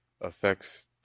affects